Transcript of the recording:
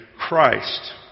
Christ